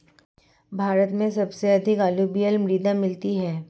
भारत में सबसे अधिक अलूवियल मृदा मिलती है